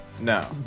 No